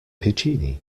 puccini